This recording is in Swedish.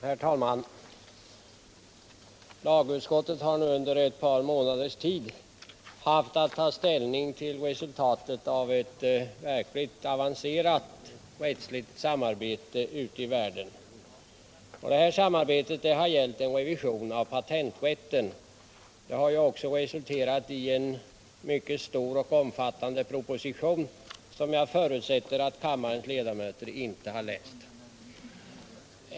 Herr talman! Lagutskottet har under ett par månaders tid haft att ta ställning till resultatet av ett verkligt avancerat rättsligt samarbete ute i världen. Detta samarbete har gillt en revision av patenträtten. Det har ju också resulterat i en mycket omfattande proposition, som jag förutsätter att kammarens ledamöter inte har läst.